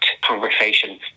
conversation